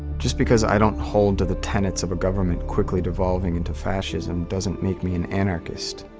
just because i don't hold to the tenets of a government quickly devolving into fascism doesn't make me an anarchist.